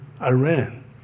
Iran